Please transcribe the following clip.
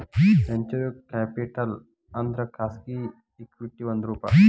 venture capital ಅಂದ್ರ ಖಾಸಗಿ equity ಒಂದ್ ರೂಪ